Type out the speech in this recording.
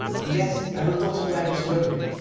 and yet i will not wear this robe,